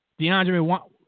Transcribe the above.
DeAndre